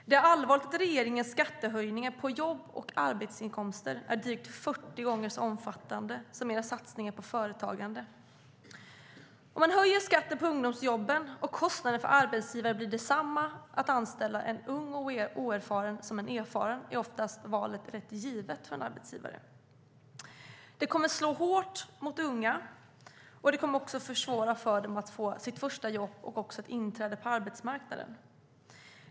Det är allvarligt att regeringens skattehöjningar på jobb och arbetsinkomster är drygt 40 gånger så omfattande som era satsningar på företagande. Det kommer att slå hårt mot unga och försvåra för dem att få sitt första jobb och ett inträde på arbetsmarknaden.